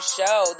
show